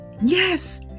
Yes